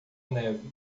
neve